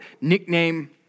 nickname